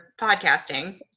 podcasting